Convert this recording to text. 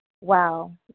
Wow